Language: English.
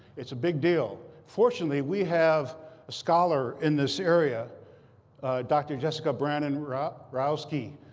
it's a big deal. fortunately, we have a scholar in this area dr. jessica brannon-wranosky.